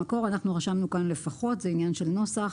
במקור אנחנו רשמנו כאן לפחות, זה עניין של נוסח.